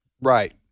Right